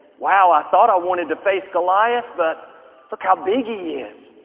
wow, i thought i wanted to face goliath, but look how big he is.